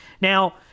Now